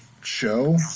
show